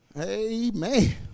amen